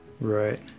Right